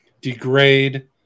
degrade